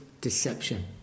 deception